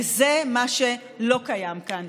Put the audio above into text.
וזה מה שלא קיים כאן.